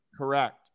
Correct